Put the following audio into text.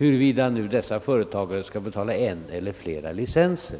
om dessa företagare skall betala en eller flera licenser.